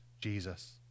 Jesus